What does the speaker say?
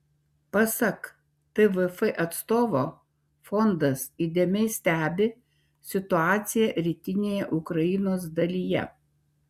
pasak tvf atstovo fondas įdėmiai stebi situaciją rytinėje ukrainos dalyje